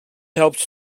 helps